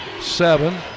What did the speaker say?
seven